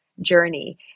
journey